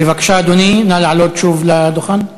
בבקשה, אדוני, נא לעלות שוב לדוכן.